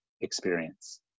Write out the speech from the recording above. experience